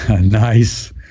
Nice